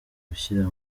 gushyira